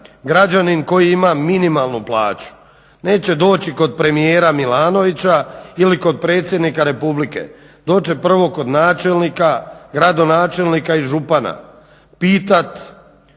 građanin koji ima minimalnu plaću neće doći kod premijera Milanovića ili kod predsjednika Republike. Doći će prvo kod načelnika, gradonačelnika i župana